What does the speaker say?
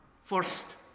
first